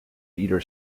either